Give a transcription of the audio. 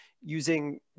using